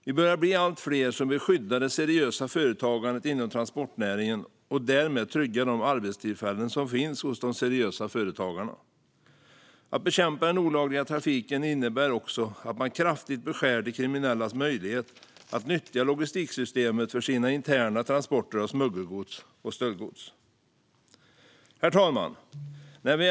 Vi blir allt fler som vill skydda det seriösa företagandet inom transportnäringen och därmed trygga de arbetstillfällen som finns hos de seriösa företagarna. Att bekämpa den olagliga trafiken innebär också att man kraftigt beskär de kriminellas möjlighet att nyttja logistiksystemet för sina interna transporter av smuggelgods samt stöldgods. Herr talman!